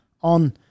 on